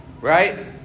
right